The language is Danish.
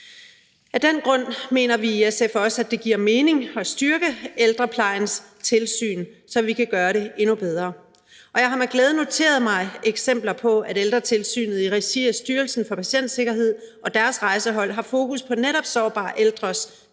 Af den grund mener vi i SF også, at det giver mening at styrke ældreplejens tilsyn, så vi kan gøre det endnu bedre. Jeg har med glæde noteret mig eksempler på, at Ældretilsynet i regi af Styrelsen for Patientsikkerhed og deres rejsehold har fokus på netop sårbare ældres trivsel